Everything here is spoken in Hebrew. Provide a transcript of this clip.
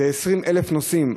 20,000 נוסעים.